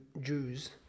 Jews